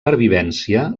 pervivència